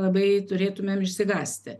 labai turėtumėm išsigąsti